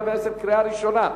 התש"ע 2010, קריאה ראשונה.